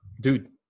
dude